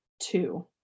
two